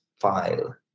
file